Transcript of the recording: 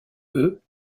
eux